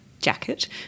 jacket